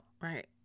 right